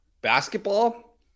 Basketball